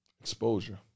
Exposure